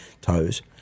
toes